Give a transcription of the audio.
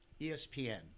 ESPN